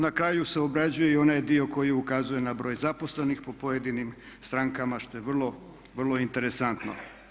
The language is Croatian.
Na kraju se obrađuje i onaj dio koji ukazuje na broj zaposlenih po pojedinim strankama što je vrlo, vrlo interesantno.